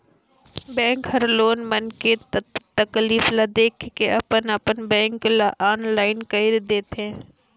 bank हर लोग मन के तकलीफ ल देख के अपन अपन बेंक ल आनलाईन कइर देथे